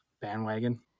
Bandwagon